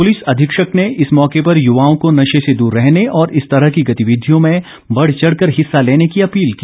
police अधीक्षक ने इस मौके पर युवाओं को नशे से दूर रहने और इस तरह की गतिविधियों में बढ़ चढ़ कर हिस्सा लेने की अपील की